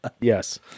Yes